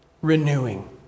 renewing